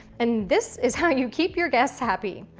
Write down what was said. and this is how you keep your guests happy.